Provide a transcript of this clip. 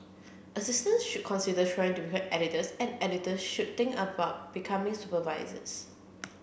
assistants should consider trying to become editors and editors should think about becoming supervisors